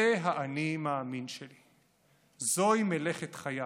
זה האני מאמין שלי, זוהי מלאכת חיי